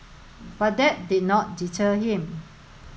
but that did not deter him